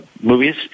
movies